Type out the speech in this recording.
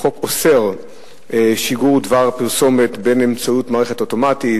החוק אוסר שיגור דבר פרסומת באמצעות מערכת אוטומטית,